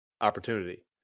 opportunity